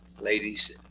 ladies